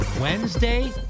Wednesday